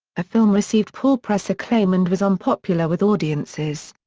film received poor press acclaim and was unpopular with audiences.